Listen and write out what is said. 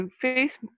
face